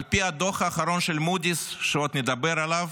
על פי הדוח האחרון של מודי'ס, שעוד נדבר עליו,